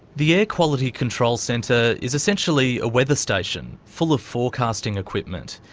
the air quality control centre is essentially a weather station, full of forecasting equipment.